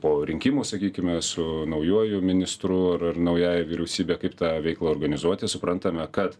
po rinkimų sakykime su naujuoju ministru ar ar naująja vyriausybe kaip tą veiklą organizuoti suprantame kad